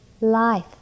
life